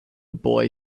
boy